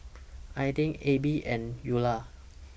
Aidyn Abie and Ula